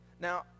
Now